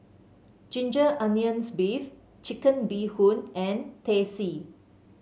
Ginger Onions beef Chicken Bee Hoon and Teh C